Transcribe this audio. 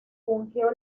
fungió